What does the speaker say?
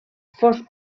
fos